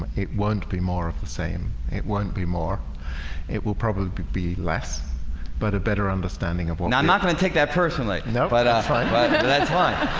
it won't be more of the same it won't be more it will probably be be less but a better understanding of one. i'm not going to take that personally no but